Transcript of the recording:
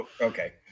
okay